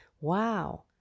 wow